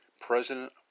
President